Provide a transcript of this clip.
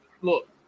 look